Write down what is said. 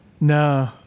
No